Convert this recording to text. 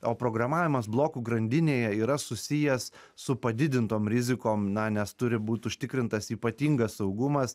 o programavimas blokų grandinėje yra susijęs su padidintom rizikom na nes turi būt užtikrintas ypatingas saugumas